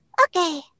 okay